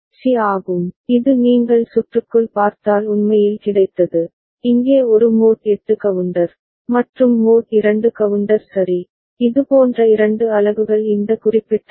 C ஆகும் இது நீங்கள் சுற்றுக்குள் பார்த்தால் உண்மையில் கிடைத்தது இங்கே ஒரு மோட் 8 கவுண்டர் மற்றும் மோட் 2 கவுண்டர் சரி இதுபோன்ற இரண்டு அலகுகள் இந்த குறிப்பிட்ட ஐ